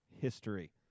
history